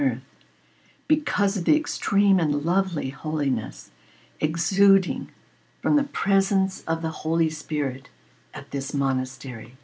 earth because of the extreme and lovely holiness exuding from the presence of the holy spirit at this monastery